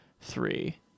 three